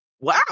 Wow